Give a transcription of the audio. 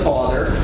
Father